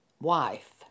wife